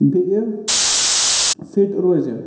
بیٚیہِ فِٹ روزِ